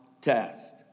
test